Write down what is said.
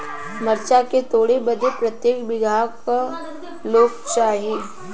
मरचा के तोड़ बदे प्रत्येक बिगहा क लोग चाहिए?